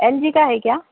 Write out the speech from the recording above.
L G کا ہے کیا